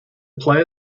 player